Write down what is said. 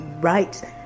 Right